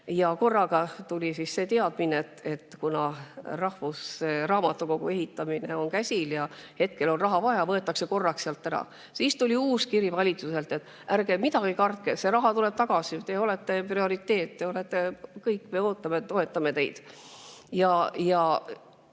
ja korraga tuli see teadmine, et kuna rahvusraamatukogu ehitamine on käsil ja raha on vaja, siis võetakse korraks sealt ära. Siis tuli uus kiri valitsuselt, et ärge kartke, see raha tuleb tagasi, te olete prioriteet, me toetame teid.